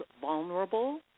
vulnerable